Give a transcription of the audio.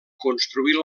construir